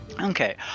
Okay